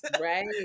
Right